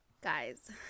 guys